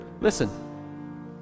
listen